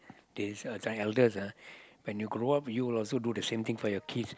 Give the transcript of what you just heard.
this uh the elders ah when you grow up you would also do the same thing for your kids